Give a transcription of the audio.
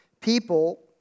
people